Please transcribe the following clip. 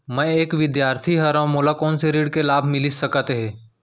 मैं एक विद्यार्थी हरव, मोला कोन से ऋण के लाभ मिलिस सकत हे?